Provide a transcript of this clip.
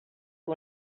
que